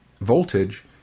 voltage